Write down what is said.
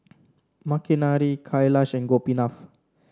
Makineni Kailash and Gopinath